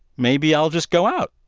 maybe i'll just go out.